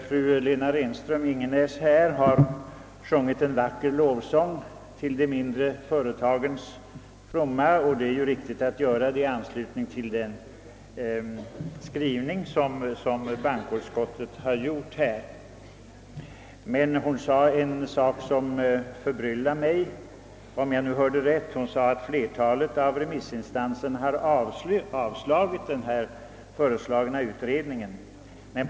Fru Lena Renström-Ingenäs har sjungit en vacker lovsång till de mindre företagens fromma, och det är ju riktigt att göra det i anslutning till den skrivning som bankoutskottet åstadkommit på denna punkt. Men hon sade något som förbryllar mig, nämligen att flertalet remissinstanser hade avstyrkt den föreslagna utredningen.